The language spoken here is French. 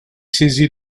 saisi